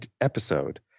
episode